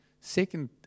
Second